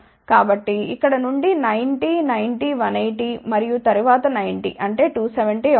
కాబట్టి ఇక్కడ నుండి 90 90 180 మరియు తరువాత 90 అంటే 270 అవుతుంది